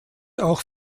auch